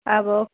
अब